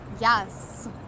Yes